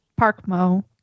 Parkmo